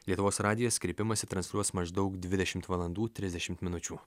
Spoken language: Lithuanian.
lietuvos radijas kreipimąsi transliuos maždaug dvidešimt valandų trisdešimt minučių